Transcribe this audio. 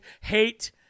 hate